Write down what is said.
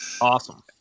awesome